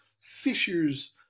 fishers